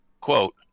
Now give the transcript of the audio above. quote